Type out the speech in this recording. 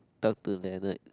talked to Ben right